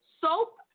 Soap